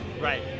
Right